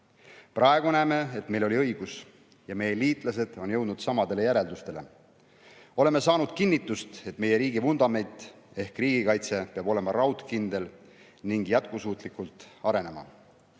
Praegu näeme, et meil oli õigus, ja meie liitlased on jõudnud samadele järeldustele. Oleme saanud kinnitust, et meie riigi vundament ehk riigikaitse peab olema raudkindel ning jätkusuutlikult arenema.